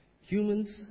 humans